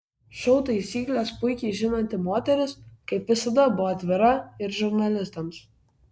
šou taisykles puikiai žinanti moteris kaip visada buvo atvira ir žurnalistams